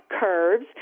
curves